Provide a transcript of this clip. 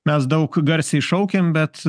mes daug garsiai šaukėm bet